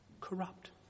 corrupt